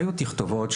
היו תכתובות,